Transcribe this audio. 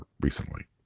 recently